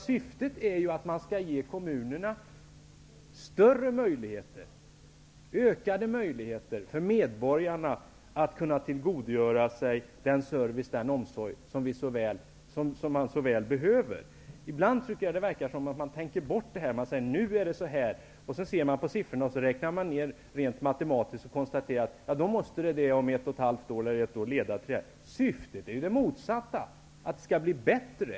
Syftet är ju att man skall ge kommunerna större möjligheter och förbättra utsikterna för medborgarna att tillgodogöra sig den service och omsorg som de så väl behöver. Ibland verkar det som om man tänker bort detta. Man ser på siffrorna rent matematiskt och konstaterar sedan man räknat ihop dem att det och det skall inträffa om ett och ett halvt år. Syftet är ju det motsatta, att det skall bli bättre.